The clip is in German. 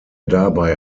dabei